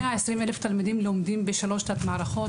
120 אלף תלמידים לומדים בשלוש תת-מערכות.